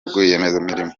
rwiyemezamirimo